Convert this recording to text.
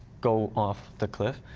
go off the cliff.